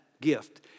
gift